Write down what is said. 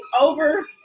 over